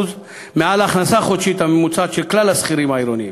מעל ההכנסה החודשית הממוצעת של כלל השכירים העירונים,